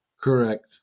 Correct